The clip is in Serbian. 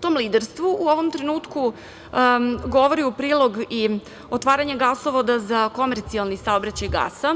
Tom liderstvu u ovom trenutku govori u prilog i otvaranje gasovoda za komercijalni saobraćaj gasa